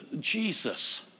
Jesus